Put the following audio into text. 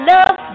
Love